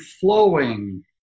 flowing